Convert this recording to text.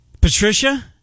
Patricia